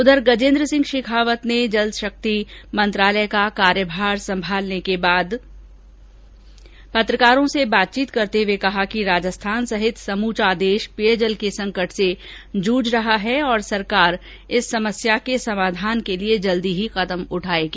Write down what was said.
उधर गजेन्द्रे सिंह शेखावत ने जल शक्ति मंत्रालय का कार्यभार संभालने के बाद पत्रकारों से बातचीत करते हुए कहा कि राजस्थान सहित समूचा देश पेयजल के संकट से जूझ रहा है और सरकार इस समस्या के समाधान के लिए जल्द ही ठोस कदम उठाएगी